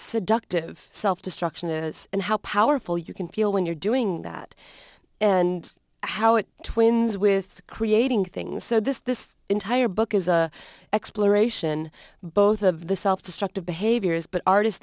seductive self destruction is and how powerful you can feel when you're doing that and how it twins with creating things so this this entire book is an exploration both of the self destructive behaviors but artists